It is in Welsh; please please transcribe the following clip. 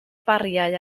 bariau